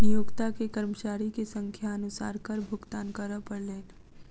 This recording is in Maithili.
नियोक्ता के कर्मचारी के संख्या अनुसार कर भुगतान करअ पड़लैन